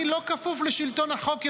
אני לא כפוף לשלטון החוק יותר.